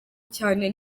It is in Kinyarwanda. cyane